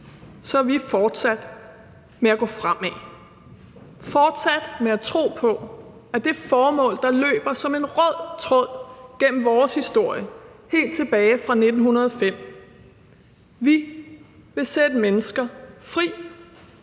er vi fortsat med at gå fremad, fortsat med at tro på det formål, der løber som en rød tråd igennem vores historie helt tilbage fra 1905: at vi vil sætte mennesker fri